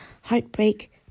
heartbreak